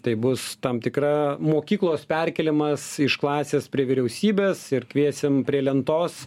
tai bus tam tikra mokyklos perkėlimas iš klasės prie vyriausybės ir kviesim prie lentos